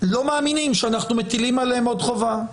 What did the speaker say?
לא מאמינים שאנחנו מטילים עליהם עוד חובה.